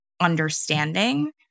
understanding